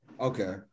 Okay